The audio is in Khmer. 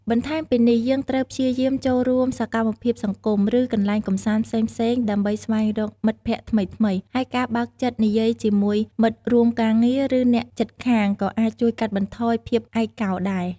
បន្ថែមពីនេះ យើងត្រូវព្យាយាមចូលរួមសកម្មភាពសង្គម ឬកន្លែងកំសាន្តផ្សេងៗដើម្បីស្វែងរកមិត្តភក្តិថ្មីៗ ហើយការបើកចិត្តនិយាយជាមួយមិត្តរួមការងារ ឬអ្នកជិតខាងក៏អាចជួយកាត់បន្ថយភាពឯកកោដែរ។